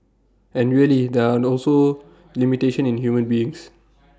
and really there are also limitation in human beings